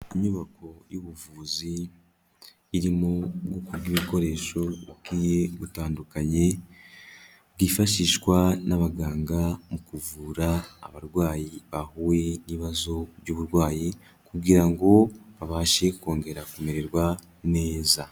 Inyubako y'ubuvuzi irimo ubwoko bw'ibikoresho bugiye butandukanye, byifashishwa n'abaganga mu kuvura abarwayi bahuye n'ibibazo by'uburwayi kugira ngo babashe kongera kumererwa neza.